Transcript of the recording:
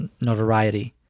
notoriety